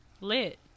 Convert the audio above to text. lit